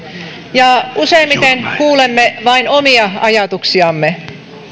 ja useimmiten kuulemme vain omia ajatuksiamme